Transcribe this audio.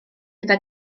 gyda